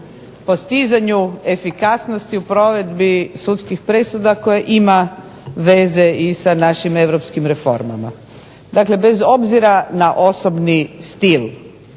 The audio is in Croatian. postizanju efikasnosti u provedbi sudskih presuda koje ima veze i sa našim europskim reformama, dakle bez obzira na osobni stil.